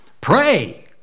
Pray